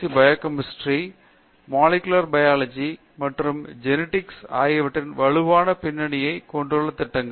Sc biochemistry molecular biology மற்றும் genetics ஆகியவற்றில் வலுவான பின்னணியைக் கொண்டுள்ள திட்டங்கள்